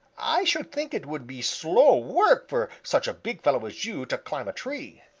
i should think it would be slow work for such a big fellow as you to climb a tree,